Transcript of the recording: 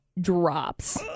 drops